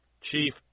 Chief